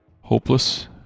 hopeless